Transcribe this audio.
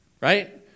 right